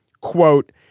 quote